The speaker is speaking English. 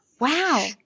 Wow